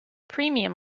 premium